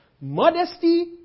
Modesty